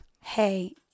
hey